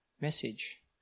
message